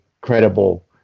credible